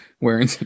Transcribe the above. wearing